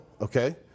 Okay